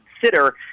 consider